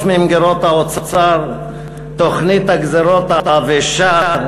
ממגירות האוצר את תוכנית הגזירות העבשה,